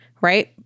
right